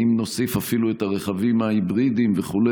אם נוסיף אפילו את הרכבים ההיברידיים וכו',